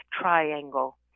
Triangle